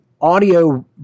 audio